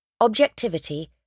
objectivity